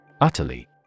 Utterly